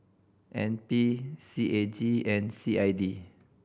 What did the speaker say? N P C A G and C I D